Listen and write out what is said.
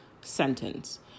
sentence